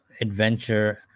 adventure